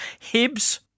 Hibs